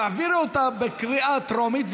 תעבירו אותה בקריאה טרומית,